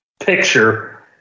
picture